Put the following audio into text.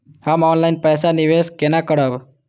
हम ऑनलाइन पैसा निवेश केना करब?